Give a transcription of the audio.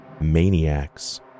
maniacs